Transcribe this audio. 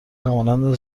همانند